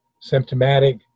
symptomatic